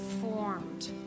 formed